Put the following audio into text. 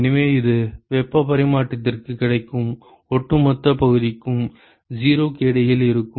எனவே இது வெப்ப பரிமாற்றத்திற்குக் கிடைக்கும் ஒட்டுமொத்தப் பகுதிக்கும் 0 க்கு இடையில் இருக்கும்